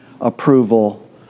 approval